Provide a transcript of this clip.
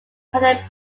had